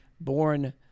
Born